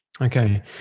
Okay